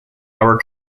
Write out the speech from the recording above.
hour